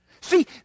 See